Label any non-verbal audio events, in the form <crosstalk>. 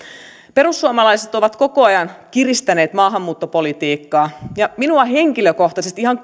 perussuomalaiset ovat koko ajan kiristäneet maahanmuuttopolitiikkaa ja minua henkilökohtaisesti ihan <unintelligible>